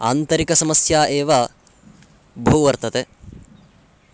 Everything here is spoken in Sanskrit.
आन्तरिकसमस्या एव बहु वर्तते